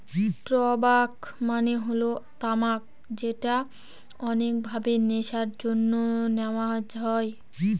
টবাক মানে হল তামাক যেটা অনেক ভাবে নেশার জন্যে নেওয়া হয়